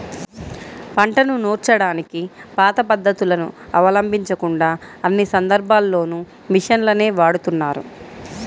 పంటను నూర్చడానికి పాత పద్ధతులను అవలంబించకుండా అన్ని సందర్భాల్లోనూ మిషన్లనే వాడుతున్నారు